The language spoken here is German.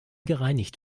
gereinigt